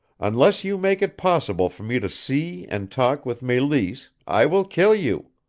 unless you make it possible for me to see and talk with meleese i will kill you.